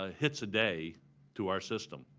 ah hits a day to our system.